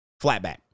flatback